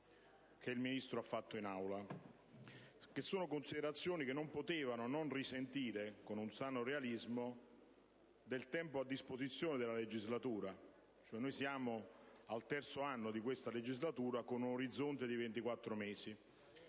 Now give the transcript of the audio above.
che il Ministro ha svolto in Aula. Sono considerazioni che non potevano non risentire, con un sano realismo, del tempo a disposizione della legislatura. Noi siamo al terzo anno di questa legislatura, con un orizzonte di 24 mesi.